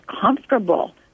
comfortable